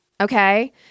okay